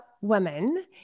women